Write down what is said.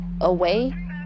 away